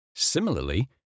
Similarly